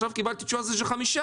עכשיו קיבלתי תשובה שזה חמישה.